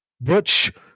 Butch